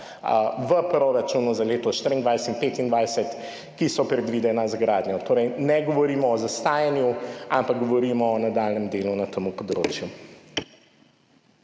v proračunih za leti 2024 in 2025, ki so predvidena za gradnjo. Torej ne govorimo o zastajanju, ampak govorimo o nadaljnjem delu na tem področju.